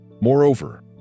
Moreover